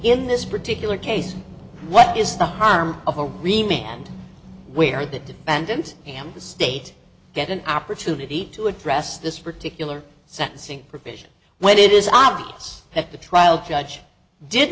in this particular case what is the harm of a remake and where the defendant and the state get an opportunity to address this particular sentencing provision when it is obvious that the trial judge did